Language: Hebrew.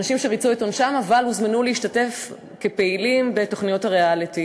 אנשים שריצו את עונשם אבל הוזמנו להשתתף כפעילים בתוכניות הריאליטי.